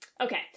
okay